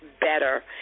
better